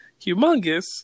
humongous